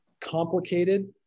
complicated